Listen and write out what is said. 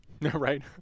Right